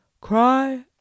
Cry